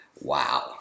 Wow